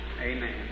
amen